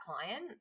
client